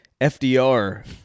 FDR